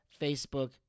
Facebook